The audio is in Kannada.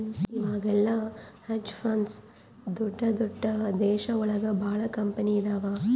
ಇವಾಗೆಲ್ಲ ಹೆಜ್ ಫಂಡ್ಸ್ ದೊಡ್ದ ದೊಡ್ದ ದೇಶ ಒಳಗ ಭಾಳ ಕಂಪನಿ ಇದಾವ